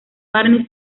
barney